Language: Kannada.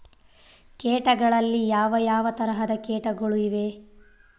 ಕೇಟಗಳಲ್ಲಿ ಯಾವ ಯಾವ ತರಹದ ಕೇಟಗಳು ಇವೆ?